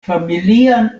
familian